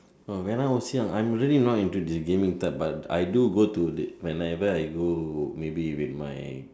oh when I was young I'm not really into the gaming type but I do go to the when I where I go maybe with my